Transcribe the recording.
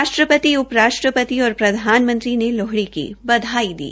राष्ट्रपति उप राष्ट्रपति और प्रधानमंत्री ने लोहड़ी की बधाई दी